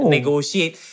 Negotiate